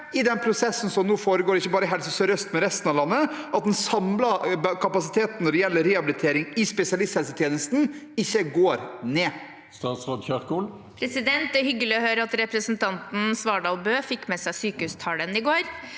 i den prosessen som nå foregår – ikke bare i Helse sør-øst, men også i resten av landet – at den samlede kapasiteten innen rehabilitering i spesialisthelsetjenesten ikke går ned? Statsråd Ingvild Kjerkol Det er hyggelig å høre at representanten Svardal Bøe fikk med seg sykehustalen i går.